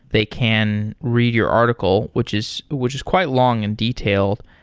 they can read your article, which is which is quite long and detailed.